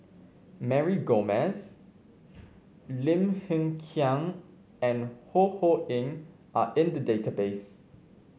Mary Gomes Lim Hng Kiang and Ho Ho Ying are in the database